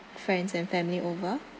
friends and family over